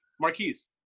Marquise